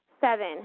Seven